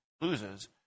loses